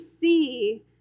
see